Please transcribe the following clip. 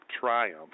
triumph